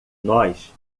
nós